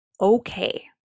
okay